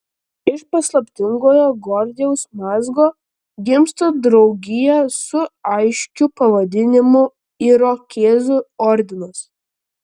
iš paslaptingojo gordijaus mazgo gimsta draugija su aiškiu pavadinimu irokėzų ordinas